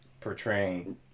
portraying